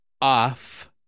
off